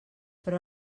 però